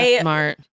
Smart